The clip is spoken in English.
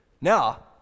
Now